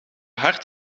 hard